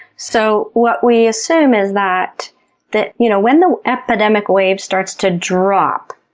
so what we assume is that that you know when the epidemic wave starts to drop,